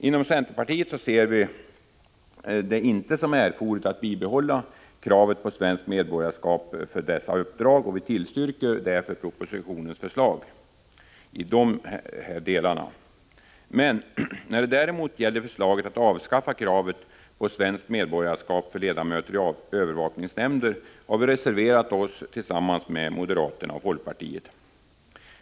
Inom centerpartiet finner vi det inte erforderligt att bibehålla kravet på svenskt medborgarskap för dessa uppdrag, och vi tillstyrker därför propositionens förslag i de delarna. När det däremot gäller förslaget att avskaffa kravet på svenskt medborgarskap för ledamöter i övervakningsnämnder har vi tillsammans med moderaterna och folkpartiet reserverat oss.